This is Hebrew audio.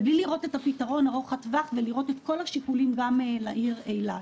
ובלי לראות את הפתרון ארוך הטווח ולראות את כל השיקולים גם לעיר אילת.